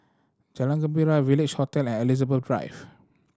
Jalan Gembira Village Hotel and Elizabeth Drive